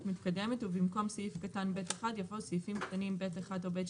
מתקדמת" ובמקום "סעיף קטן (ב1)" יבוא "סעיפים קטנים (ב1) או (ב2),